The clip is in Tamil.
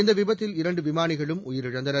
இந்த விபத்தில் இரண்டு விமானிகளும் உயிரிழந்தனர்